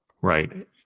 right